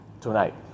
tonight